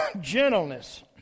Gentleness